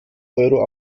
euro